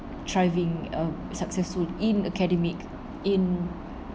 thriving uh successful in academic in